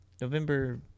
November